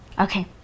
Okay